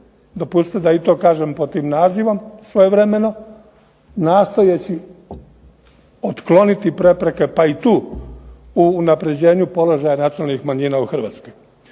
dopustite da i to kažem, pod tim nazivom svojevremeno, nastojeći otkloniti prepreke pa i tu u unapređenju položaja nacionalnih manjina u Hrvatskoj.